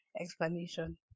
explanation